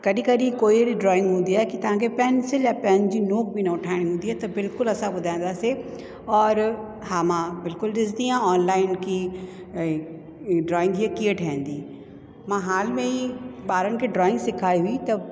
कॾहिं कॾहिं कोई अहिड़ी ड्रॉइंग हूंदी आहे कि तव्हांखे पैंसिल या पैन जी नोक बि न उठायनि ईंदी आहे त बिल्कुलु असां ॿुधाईंदासीं और हा मां बिल्कुलु ॾिसंदी आहे ऑनलाइन कि ऐं ड्रॉइंग इहे कीअं ठहंदी मां हाल में ई ॿारनि खे ड्रॉइंग सेखारी हुई